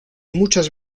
muchas